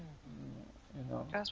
mm you know